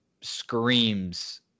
screams